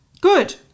Good